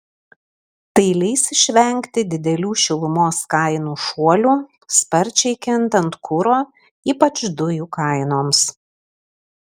tai leis išvengti didelių šilumos kainų šuolių sparčiai kintant kuro ypač dujų kainoms